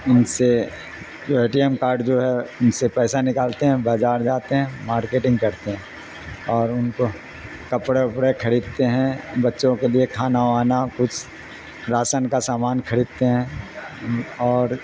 ان سے جو A T M card جو ہے ان سے پیسہ نکالتے ہیں بازار جاتے ہیں مارکیٹنگ کرتے ہیں اور ان کو کپڑے وپڑے کریدتے ہیں بچوں کے لیے کھانا وانا کچھ راشن کا سامان خریدتے ہیں اور